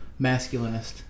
masculinist